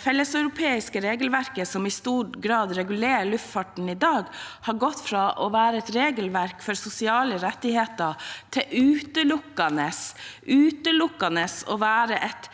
felleseuropeiske regelverket som i stor grad regulerer luftfarten i dag, har gått fra å være et regelverk for sosiale rettigheter til utelukkende –